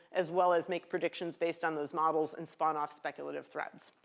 as well as make predictions based on those models, and spawn off speculative threads.